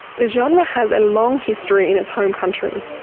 the genre has a long history in its home country.